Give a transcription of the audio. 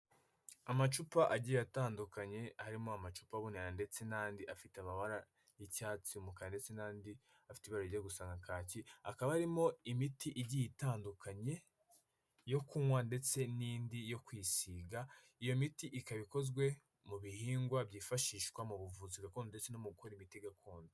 Amacupa agiye atandukanye, harimo amacupa abonerana ndetse n'andi afite amabara y'icyatsi umukara ndetse n'andi afite ibara rijya gusa na kaki, akaba arimo imiti igiye itandukanye yo kunywa ndetse n'indi yo kwisiga, iyo miti ikaba ikozwe mu bihingwa byifashishwa mu buvuzi gakondo ndetse no mu gukora imiti gakondo.